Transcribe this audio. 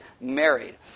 married